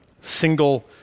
single